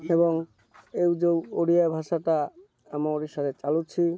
ଏବଂ ଏହି ଯେଉଁ ଓଡ଼ିଆ ଭାଷାଟା ଆମ ଓଡ଼ିଶାରେ ଚାଲୁଛି